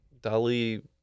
Dali